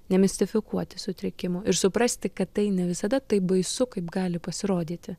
nemistifikuoti sutrikimo ir suprasti kad tai ne visada taip baisu kaip gali pasirodyti